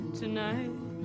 tonight